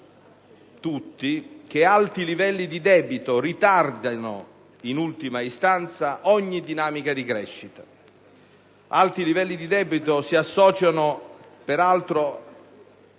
tutti, che alti livelli di debito ritardano in ultima istanza ogni dinamica di crescita e che alti livelli di debito si associano, peraltro,